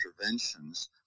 interventions